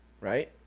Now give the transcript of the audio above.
right